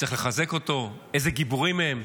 צריך לחזק אותו, איזה גיבורים הם,